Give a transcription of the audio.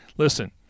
Listen